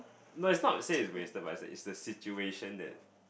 no it's not same as wasted but it's the it's situation that